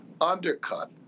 undercut